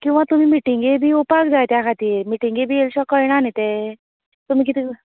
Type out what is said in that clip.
किंवा तुमी मिटींगे बी येवपाक जाय त्या खातीर मिटींगी बी येल्या पेक्शा कळना न्ही तें तुमी कितें